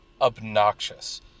obnoxious